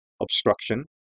obstruction